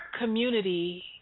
community